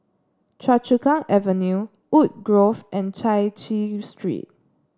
Choa Chu Kang Avenue Woodgrove and Chai Chee Street